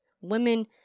women